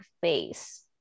face